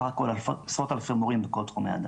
סך הכול עשרות אלפי מורים בכל תחומי הדעת.